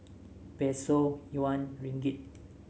Peso Yuan Ringgit